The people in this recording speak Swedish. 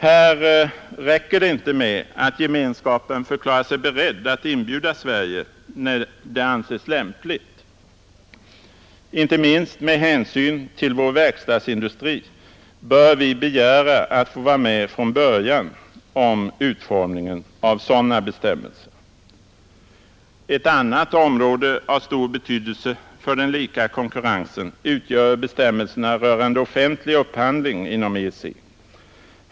Här räcker det inte med att gemenskapen förklarar sig beredd att inbjuda Sverige när detta anses lämpligt — inte minst med hänsyn till verkstadsindustrin bör vi begära att få vara med från början om utformningen av sådana bestämmelser. Ett annat område av stor betydelse för den lika konkurrensen utgör bestämmelserna rörande offentlig upphandling inom EEC.